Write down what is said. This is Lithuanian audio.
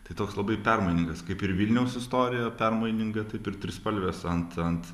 tai toks labai permainingas kaip ir vilniaus istorija permaininga taip ir trispalvės ant ant